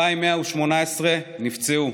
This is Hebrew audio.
2,118 נפצעו,